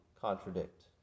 contradict